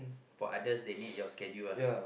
for others they need your schedule ah